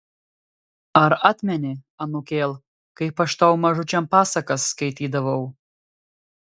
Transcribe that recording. ar atmeni anūkėl kaip aš tau mažučiam pasakas skaitydavau